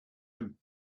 him